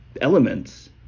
elements